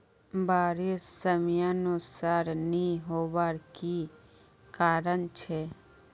बारिश समयानुसार नी होबार की कारण छे?